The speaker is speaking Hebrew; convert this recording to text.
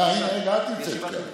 הינה, את נמצאת כאן.